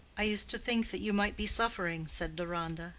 i used to think that you might be suffering, said deronda,